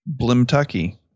Blimtucky